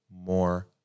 more